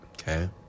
Okay